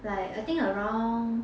like I think around